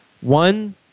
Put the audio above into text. One